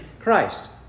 Christ